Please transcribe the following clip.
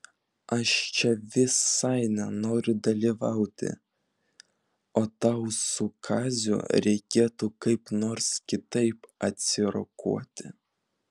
aš čia visai nenoriu dalyvauti o tau su kaziu reikėtų kaip nors kitaip atsirokuoti